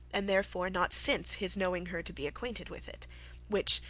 and therefore not since his knowing her to be acquainted with it which,